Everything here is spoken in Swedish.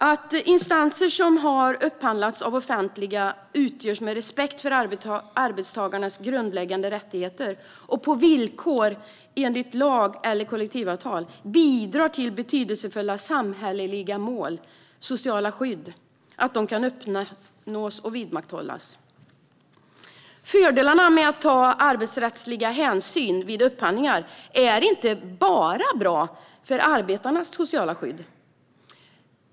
Att insatser som har upphandlats av det offentliga utförs med respekt för arbetstagarnas grundläggande rättigheter och på villkor enligt lag eller kollektivavtal bidrar till att betydelsefulla samhälleliga mål och sociala skydd kan uppnås och vidmakthållas. Fördelarna med att ta arbetsrättsliga hänsyn vid upphandling är inte bara bra för arbetstagarnas sociala skydd.